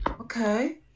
Okay